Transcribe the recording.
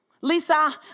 Lisa